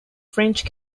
french